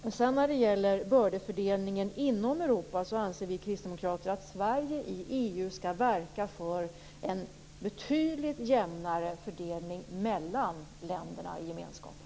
När det sedan gäller bördefördelningen inom Europa anser vi kristdemokrater att Sverige i EU skall verka för en betydligt jämnare fördelning mellan länderna i gemenskapen.